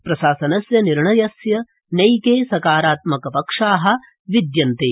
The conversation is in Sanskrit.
प्रशासनस्य निर्णयस्य नैके सकारात्मकपक्षा विद्यन्ते